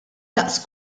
daqs